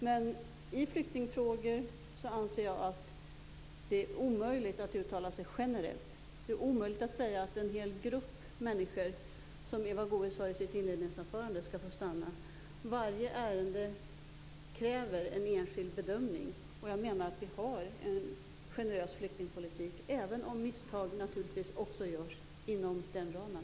Jag anser att det i flyktingfrågor är omöjligt att uttala sig generellt. Det är omöjligt att, som Eva Goës gjorde i sitt inledningsanförande, säga att en hel grupp människor skall få stanna. Varje ärende kräver en enskild bedömning. Jag menar att vi har en generös flyktingpolitik, även om misstag naturligtvis också görs inom den ramen.